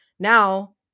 now